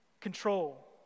Control